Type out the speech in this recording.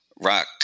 rock